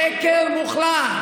שקר מוחלט.